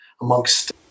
amongst